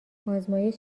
آزمایش